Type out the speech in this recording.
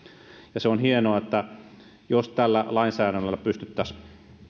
ja se olisi hienoa jos tällä lainsäädännöllä pystyttäisiin